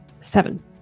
Seven